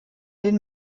den